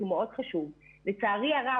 שהוא מאוד חשוב לצערי הרב,